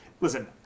listen